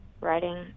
writing